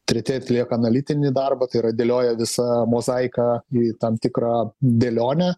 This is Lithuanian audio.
treti atlieka analitinį darbą tai yra dėlioja visą mozaiką į tam tikrą dėlionę